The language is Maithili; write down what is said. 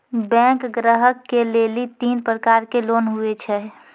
बैंक ग्राहक के लेली तीन प्रकर के लोन हुए छै?